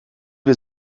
wir